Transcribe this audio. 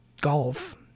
golf